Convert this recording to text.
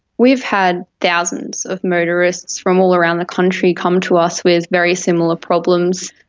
we've had thousands of motorists from all around the country come to us with very similar problems.